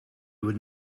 would